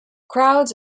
crowds